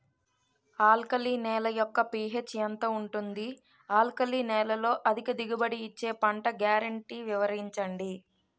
Alkali నేల యెక్క P H ఎంత ఉంటుంది? ఆల్కలి నేలలో అధిక దిగుబడి ఇచ్చే పంట గ్యారంటీ వివరించండి?